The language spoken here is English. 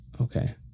Okay